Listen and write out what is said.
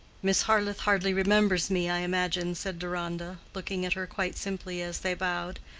miss harleth hardly remembers me, i imagine, said deronda, looking at her quite simply, as they bowed.